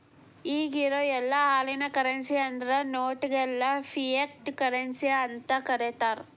ಇಗಿರೊ ಯೆಲ್ಲಾ ಹಾಳಿ ಕರೆನ್ಸಿ ಅಂದ್ರ ನೋಟ್ ಗೆಲ್ಲಾ ಫಿಯಟ್ ಕರೆನ್ಸಿ ಅಂತನ ಕರೇತಾರ